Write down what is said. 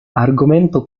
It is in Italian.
argomento